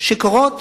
מאוד שקורות